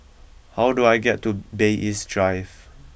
how do I get to Bay East Drive